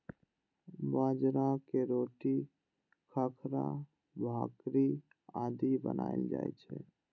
बाजरा के रोटी, खाखरा, भाकरी आदि बनाएल जाइ छै